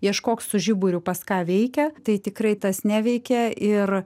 ieškok su žiburiu pas ką veikia tai tikrai tas neveikia ir